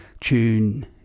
tune